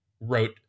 wrote